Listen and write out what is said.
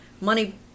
money